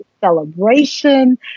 celebration